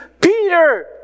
Peter